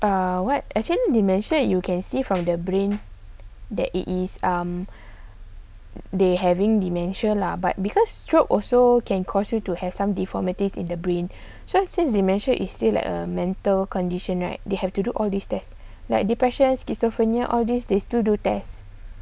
err what actually dementia you can see from their brain that it is um they having dementia lah but because stroke also can cause you to have some deformities in the brain say dementia is still like a mental condition right they have to do all test there like depression schizophrenia all these they still do test